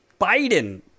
Biden